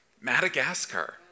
Madagascar